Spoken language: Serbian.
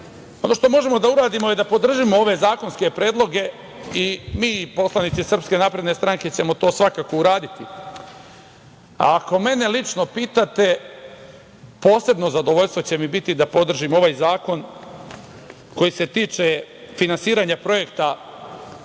ono što možemo da uradimo je da podržimo ove zakonske predloge, što ćemo mi i poslanici SNS svakako i uraditi. Ako mene lično pitate, posebno zadovoljstvo će mi biti da podržim ovaj zakon koji se tiče finansiranja projekta